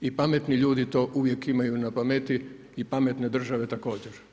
I pametni ljudi uvijek to imaju na pameti i pametne države također.